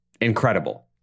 Incredible